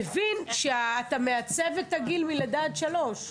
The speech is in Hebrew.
מבין שאתה מעצב את הגיל מלידה עד שלוש,